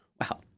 Wow